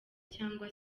cyangwa